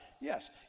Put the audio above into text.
Yes